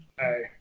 Hey